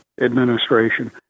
administration